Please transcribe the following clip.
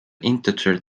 integer